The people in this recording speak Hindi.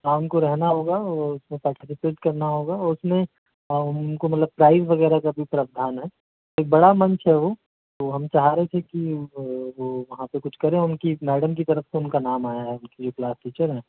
शाम को रहना होगा और उसमें पार्टिसिपेट करना होगा उसमें उनको मतलब प्राइस वगैरह का भी प्रावधान है एक बड़ा मंच है वो तो हम चाह रहे थे कि वो वहाँ पर कुछ करें उनकी मैडम की तरफ से उनका नाम आया है उनकी जो क्लास टीचर है